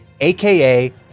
aka